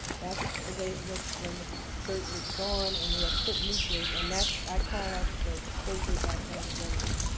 that's the way it looked when the dirt was gone and they had put new dirt. and i call us the safe way back home gang.